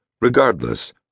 Regardless